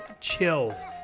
chills